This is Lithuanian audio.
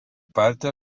partija